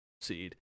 seed